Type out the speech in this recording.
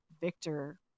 Victor